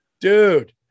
Dude